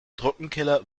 trockenkeller